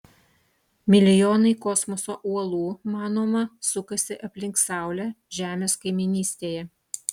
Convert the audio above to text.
milijonai kosmoso uolų manoma sukasi aplink saulę žemės kaimynystėje